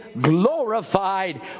glorified